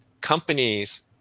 companies